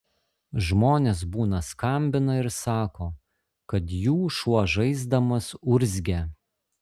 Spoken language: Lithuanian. žmonės būna skambina ir sako kad jų šuo žaisdamas urzgia